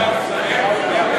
הסתדר.